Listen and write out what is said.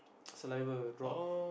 saliva drop